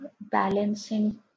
balancing